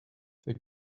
they